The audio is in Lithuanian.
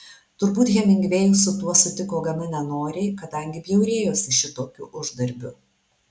turbūt hemingvėjus su tuo sutiko gana nenoriai kadangi bjaurėjosi šitokiu uždarbiu